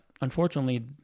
unfortunately